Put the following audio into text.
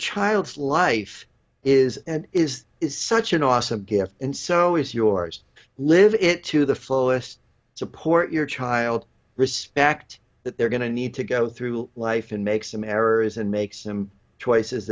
child's life is and is is such an awesome gift and so is yours live it to the fullest support your child respect that they're going to need to go through life and make some errors and make some choices